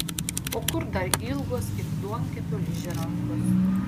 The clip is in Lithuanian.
o kur dar ilgos it duonkepio ližė rankos